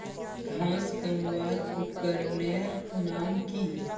घांस कमवार उपकरनेर नाम की?